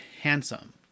handsome